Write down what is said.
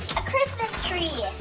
a christmas tree.